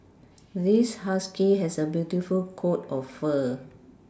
this husky has a beautiful coat of fur